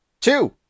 Two